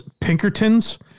Pinkerton's